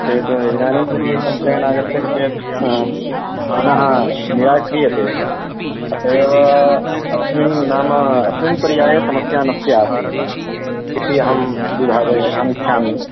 चेत् इदानीं यदि कम्पलेन् आगच्छति चेत् ह पुनः निराक्रियते तथैव अस्मिन् नाम अस्मिन् पर्याये समस्या न स्यात् इति अहं विभागम् अहमिच्छामि